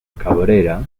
cabrera